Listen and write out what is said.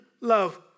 love